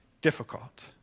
difficult